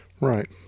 Right